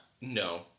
no